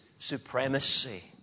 supremacy